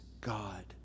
God